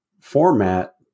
format